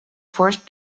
forced